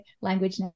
language